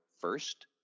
first